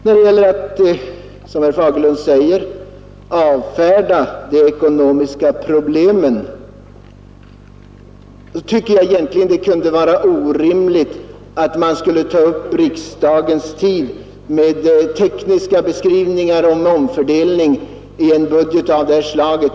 Vad beträffar påståendet att vi avfärdar de ekonomiska problemen — som herr Fagerlund sade — så tycker jag det är orimligt att ta upp riksdagens tid med tekniska beskrivningar av en omfördelning i en budget av detta slag.